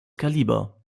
kaliber